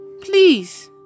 please